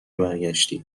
برگشتی